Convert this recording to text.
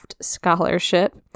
scholarship